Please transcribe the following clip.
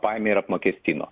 paėmė ir apmokestino